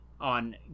On